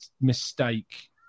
mistake